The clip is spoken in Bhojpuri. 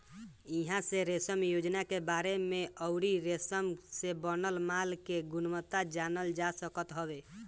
इहां से रेशम योजना के बारे में अउरी रेशम से बनल माल के गुणवत्ता जानल जा सकत हवे